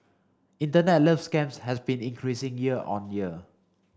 internet love scams have been increasing year on year